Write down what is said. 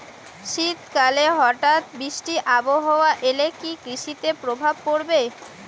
শীত কালে হঠাৎ বৃষ্টি আবহাওয়া এলে কি কৃষি তে প্রভাব পড়বে?